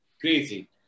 crazy